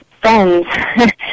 friends